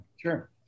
Sure